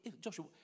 Joshua